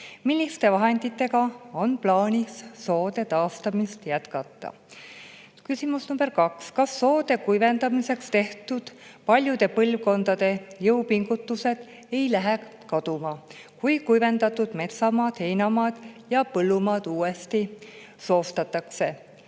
Milliste vahenditega on plaanis soode taastamist jätkata?" Küsimus nr 2: "Kas soode kuivendamiseks tehtud paljude põlvkondade jõupingutused ei lähe kaduma, kui kuivendatud metsamaad, heinamaad ja põllumaad uuesti soostatakse?"